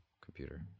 computer